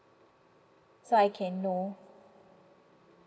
so I can know